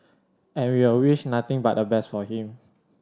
and we'll wish nothing but the best for him